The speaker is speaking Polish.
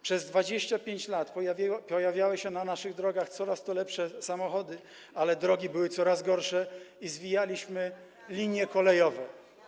Przez 25 lat pojawiały się na naszych drogach coraz to lepsze samochody, ale drogi były coraz gorsze i zwijaliśmy linie kolejowe.